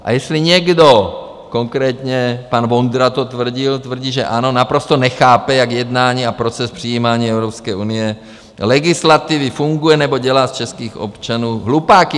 A jestli někdo, konkrétně pan Vondra, to tvrdil, tvrdí, že ano, naprosto nechápe, jak jednání a proces přijímání Evropské unie, legislativy, funguje, nebo dělá z českých občanů hlupáky.